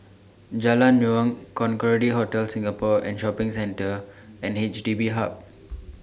Jalan Naung Concorde Hotel Singapore and Shopping Centre and H D B Hub